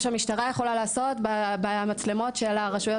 המשטרה יכולה לעשות במצלמות של הרשויות המקומיות.